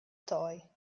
toy